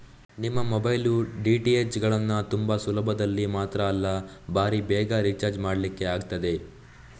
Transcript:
ನಿಮ್ಮ mobile, DTH ಗಳನ್ನ ತುಂಬಾ ಸುಲಭದಲ್ಲಿ ಮಾತ್ರ ಅಲ್ಲ ಭಾರೀ ಬೇಗ ರಿಚಾರ್ಜ್ ಮಾಡ್ಲಿಕ್ಕೆ ಆಗ್ತದೆ